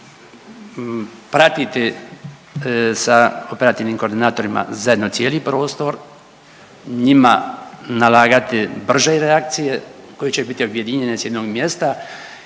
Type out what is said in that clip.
pratiti sa operativnim koordinatorima zajedno cijeli prostor, njima nalagati brže reakcije koje će biti objedinjene s jednog mjesta,